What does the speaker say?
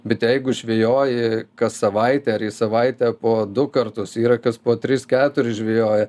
bet jeigu žvejoji kas savaitę ar į savaitę po du kartus yra kas po tris keturis žvejoja